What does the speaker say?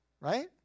right